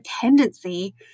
tendency